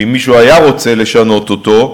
שאם מישהו היה רוצה לשנות אותו,